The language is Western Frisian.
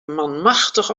manmachtich